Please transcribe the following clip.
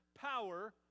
power